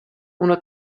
una